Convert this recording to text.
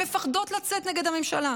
הן מפחדות לצאת נגד הממשלה,